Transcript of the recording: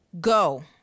go